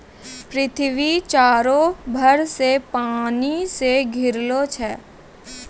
पृथ्वी चारु भर से पानी से घिरलो छै